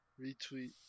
retweet